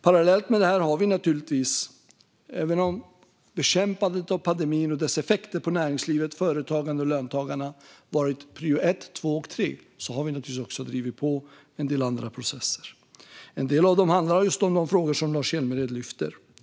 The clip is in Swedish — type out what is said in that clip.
Parallellt med detta har vi naturligtvis, även om bekämpandet av pandemin och dess effekter på näringslivet, företagandet och löntagarna har varit prio ett, två och tre, också drivit på en del andra processer. En del av dem handlar om just de frågor som Lars Hjälmered lyfter.